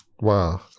Wow